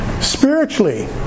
spiritually